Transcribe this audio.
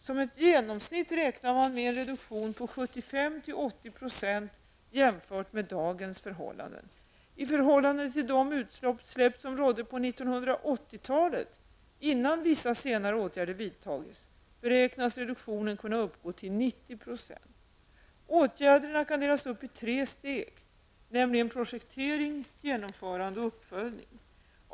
Som ett genomsnitt räknar man med en reduktion på 75--80 % jämfört med dagens förhållanden. I förhållande till de utsläpp som skedde på 1980-talet innan vissa senare åtgärder vidtagits beräknas reduktionen kunna uppgå till Åtgärderna kan delas upp i tre steg, nämligen projektering, genomförande och uppföljning.